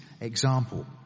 example